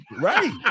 Right